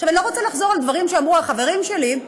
אני לא רוצה לחזור על דברים שאמרו החברים שלי,